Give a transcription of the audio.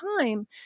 time